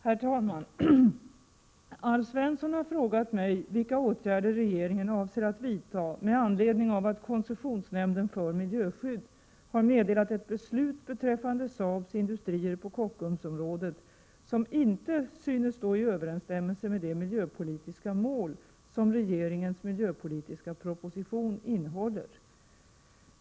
Herr talman! Alf Svensson har frågat mig vilka åtgärder regeringen avser att vidta med anledning av att koncessionsnämnden för miljöskydd har meddelat ett beslut beträffande Saabs industrier på Kockumsområdet som Prot. 1987/88:92 inte synes stå i överensstämmelse med de miljöpolitiska mål som regeringens 25 mars 1988 miljöpolitiska proposition innehåller.